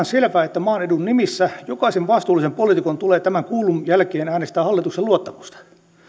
selvää että maan edun nimissä jokaisen vastuullisen poliitikon tulee tämän kuullun jälkeen äänestää hallituksen luottamusta